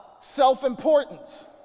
Self-importance